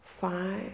five